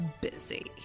busy